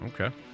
Okay